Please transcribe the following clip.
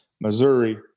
Missouri